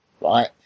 right